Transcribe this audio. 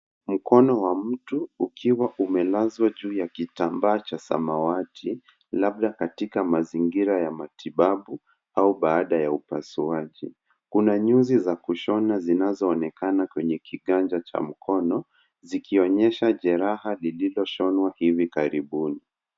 Mkono wa mtu ukiwa umelazwa juu ya kitambaa cha samawati, labda katika mazingira ya matibabu, au baada ya upasuaji, kuna nyuzi za kushona zinazoonekana kwenye kiganja cha mkono, zikionyesha jeraha lililoshonwa hivi karibuni.